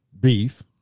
beef